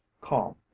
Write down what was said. calm